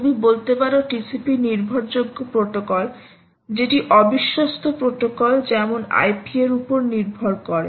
তুমি বলতে পারো TCP নির্ভরযোগ্য প্রটোকল যেটি অবিশ্বস্ত প্রটোকল যেমন IP এর ওপর নির্ভর করে